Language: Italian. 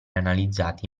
analizzati